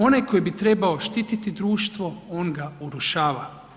Onaj koji bi trebao štiti društvo on ga urušava.